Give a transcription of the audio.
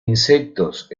insectos